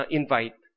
invite